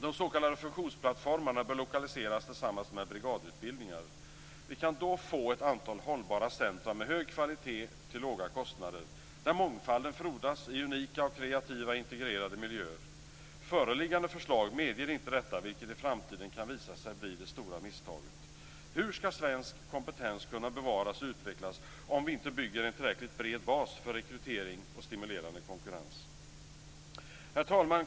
De s.k. funktionsplattformarna bör lokaliseras tillsammans med brigadutbildningar. Vi kan då få ett antal hållbara centrum med hög kvalitet till låga kostnader, där mångfalden frodas i unika och kreativa, integrerade miljöer. Föreliggande förslag medger inte detta, vilket i framtiden kan visa sig bli det stora misstaget. Hur ska svensk kompetens kunna bevaras och utvecklas om vi inte bygger en tillräckligt bred bas för rekrytering och stimulerande konkurrens? Herr talman!